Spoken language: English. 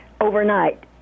overnight